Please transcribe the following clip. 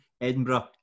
Edinburgh